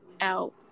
out